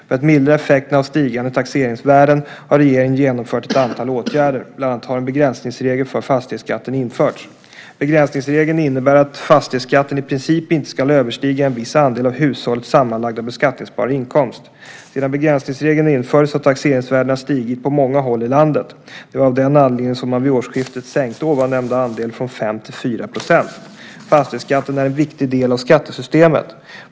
För att mildra effekterna av stigande taxeringsvärden har regeringen genomfört ett antal åtgärder. Bland annat har en begränsningsregel för fastighetsskatten införts. Begränsningsregeln innebär att fastighetsskatten i princip inte ska överstiga en viss andel av hushållets sammanlagda beskattningsbara inkomst. Sedan begränsningsregeln infördes har taxeringsvärdena stigit på många håll i landet. Det var av den anledningen som man vid årsskiftet sänkte ovan nämnda andel från 5 till 4 %. Fastighetsskatten är en viktig del av skattesystemet.